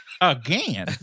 again